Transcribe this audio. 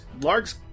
Largs